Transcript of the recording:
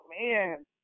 man